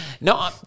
No